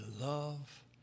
love